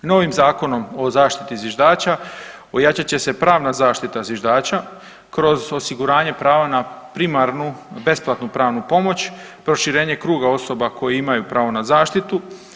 Novim Zakonom o zaštiti zviždača ojačat će se pravna zaštita zviždača kroz osiguranje prava na primarnu besplatnu pravnu pomoć, proširenje kruga osoba koji imaju pravo na zaštitu.